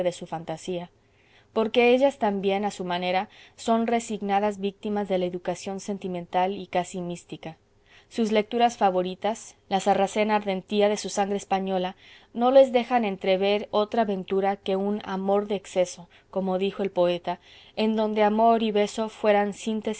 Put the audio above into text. su fantasía porque ellas también a su manera son resignadas víctimas de la educación sentimental y casi mística sus lecturas favoritas la sarracena ardentía de su sangre española no les dejan entrever otra ventura que un amor de exceso como dijo el poeta en donde amor y beso fueran